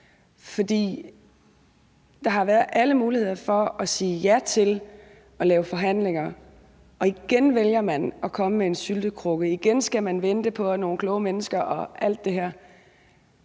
der har været alle muligheder for at sige ja til at lave forhandlinger, og igen vælger man at komme med en syltekrukke, igen skal man vente på nogle kloge mennesker og alt det her